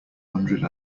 hundred